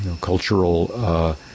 cultural